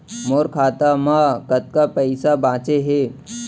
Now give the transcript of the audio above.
मोर खाता मा कतका पइसा बांचे हे?